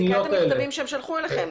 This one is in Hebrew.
המכתבים שהם שלחו לכם.